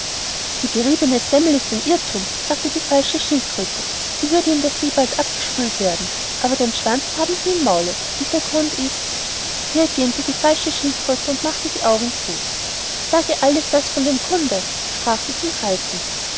die geriebene semmel ist ein irrthum sagte die falsche schildkröte sie würde in der see bald abgespült werden aber den schwanz haben sie im maule und der grund ist hier gähnte die falsche schildkröte und machte die augen zu sage ihr alles das von dem grunde sprach sie zum greifen